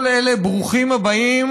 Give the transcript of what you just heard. כל אלה, ברוכים הבאים.